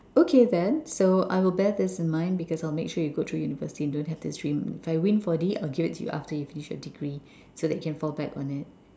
okay then so I will bear this in mind because I will make sure you go through university and don't have this dream if I win four D I will give it to you after you finish your degree so that you can fall back on it